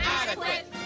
adequate